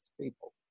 people